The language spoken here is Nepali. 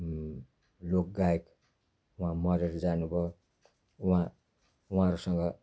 लोकगायक उहाँ मरेर जानु भयो उहाँ उहाँहरूसँग